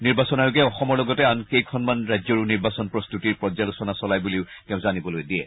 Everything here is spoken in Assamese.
নিৰ্বাচন আয়োগে অসমৰ লগতে আন কেইখনমান ৰাজ্যৰো নিৰ্বাচন প্ৰস্ত্বতিৰ পৰ্যালোচনা চলাই বুলিও তেওঁ জানিবলৈ দিয়ে